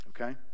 okay